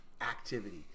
activity